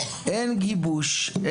אין גיבוש,